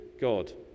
God